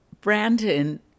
Brandon